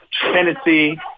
Tennessee